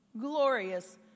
Glorious